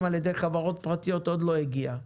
על ידי חברות פרטיות עוד לא הגיע.